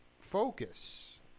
Focus